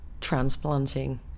transplanting